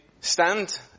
stand